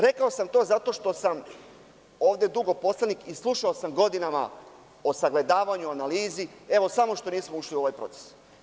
Rekao sam to zato što sam ovde dugo poslanik i slušao sam godinama o sagledavanju, o analizi i rečima – samo što nismo ušli u ovaj proces.